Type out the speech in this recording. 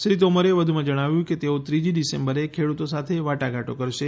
શ્રી તોમરે વધુમાં જણાવ્યું કે તેઓ ત્રીજી ડિસેમ્બરે ખેડૂતો સાથે વાટાધાટો કરશે